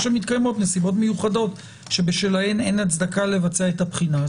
או "מתקיימות נסיבות מיוחדות שבשלהן אין הצדקה לבצע את הבחינה".